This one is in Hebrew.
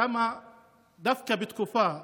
למה דווקא בתקופה,